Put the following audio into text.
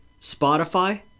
spotify